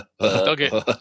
Okay